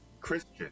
Christian